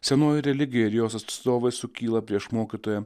senoji religija ir jos atstovai sukyla prieš mokytoją